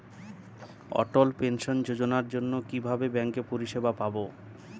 অটল pension যোজনার জন্য কিভাবে ব্যাঙ্কে পরিষেবা পাবো?